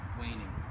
waning